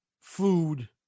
food